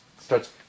starts